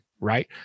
right